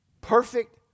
Perfect